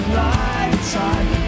lifetime